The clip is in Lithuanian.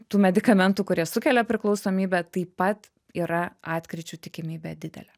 tų medikamentų kurie sukelia priklausomybę taip pat yra atkryčių tikimybė didelė